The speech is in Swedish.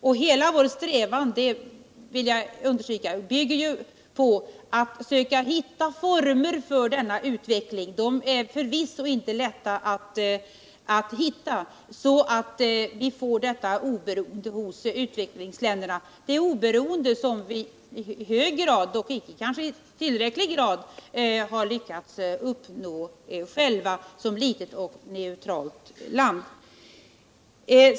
Jag vill understryka att hela vår strävan går ut på att försöka hitta former — det är förvisso inte lätt — för att utvecklingsländerna skall kunna uppnå detta oberoende, ett oberoende som vi i hög grad lyckats uppnå själva som ett litet neutralt land.